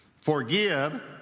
Forgive